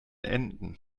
enten